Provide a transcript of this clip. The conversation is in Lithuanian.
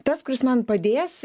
tas kuris man padės